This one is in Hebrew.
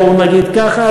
בואו נגיד ככה,